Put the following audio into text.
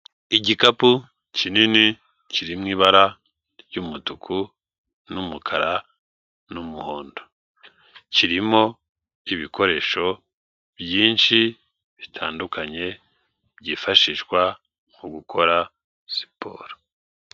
Igikapu kinini kiririmo ibara ry'umutuku n'umukara n'umuhondo kirimo ibikoresho byinshi bitandukanye byifashishwa mu gukora siporo.